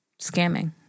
scamming